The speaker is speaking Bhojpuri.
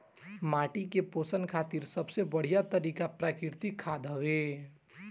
माटी के पोषण खातिर सबसे बढ़िया तरिका प्राकृतिक खाद हवे